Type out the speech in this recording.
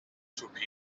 utopie